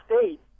state